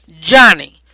Johnny